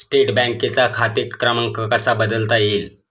State बँकेचा खाते क्रमांक कसा बदलता येईल?